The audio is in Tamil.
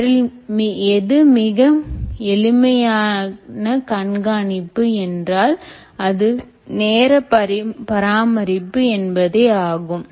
அவற்றுள் எது மிக எளிமையான கண்காணிப்பு என்றால் அது நேர பராமரிப்பு என்பதே ஆகும்